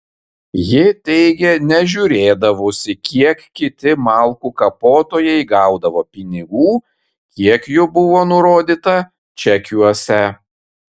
ji teigė nežiūrėdavusi kiek kiti malkų kapotojai gaudavo pinigų kiek jų buvo nurodyta čekiuose